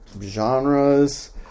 genres